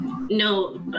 No